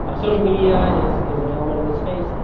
ah social media is is an element in this space.